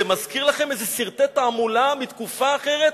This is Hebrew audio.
זה מזכיר לכם איזה סרטי תעמולה מתקופה אחרת,